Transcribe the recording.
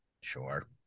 Sure